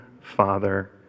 father